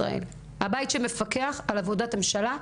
הבית שמפקח על עבודת הממשלה,